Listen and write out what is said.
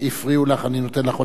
אז,